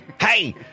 Hey